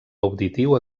auditiu